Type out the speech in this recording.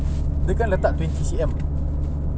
dia kan letak twenty C_M